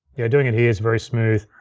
yeah, doing it here's very smooth.